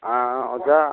ꯑꯥ ꯑꯣꯖꯥ